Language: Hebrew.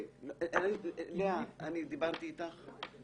לאה, דיברתי איתך?